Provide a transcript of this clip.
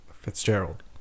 Fitzgerald